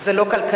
זה לא כלכלי.